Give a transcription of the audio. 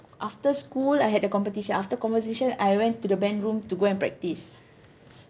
after school I had the competition after competition I went to the band room to go and practice